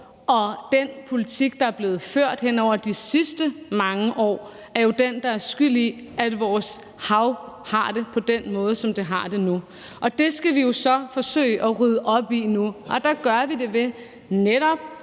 og den politik, der er blevet ført hen over de sidste mange år, er jo den, der er skyld i, at vores hav har det på den måde, som det har nu. Det skal vi jo så forsøge at rydde op i nu. Der gør vi det ved netop